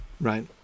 Right